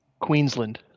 Queensland